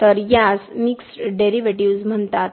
तर यास mixed derivatives म्हणतात